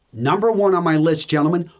number one on my list, gentlemen,